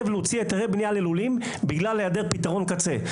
להוציא היתרי בנייה ללולים בגלל היעדר פתרון קצה.